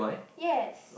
yes